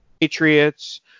Patriots